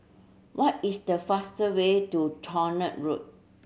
what is the faster way to Tronoh Road